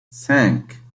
cinq